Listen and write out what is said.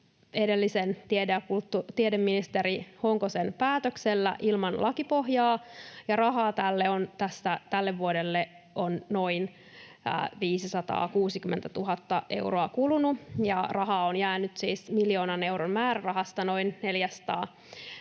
kulttuuriministeri Honkosen päätöksellä ilman lakipohjaa, ja rahaa tälle vuodelle on kulunut noin 560 000 euroa. Rahaa on jäänyt siis miljoonan euron määrärahasta noin 440 000